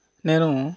నేను